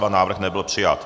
Návrh nebyl přijat.